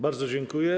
Bardzo dziękuję.